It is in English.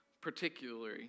particularly